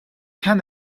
can